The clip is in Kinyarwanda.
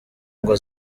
ngo